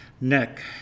neck